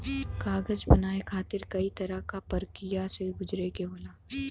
कागज बनाये खातिर कई तरह क परकिया से गुजरे के होला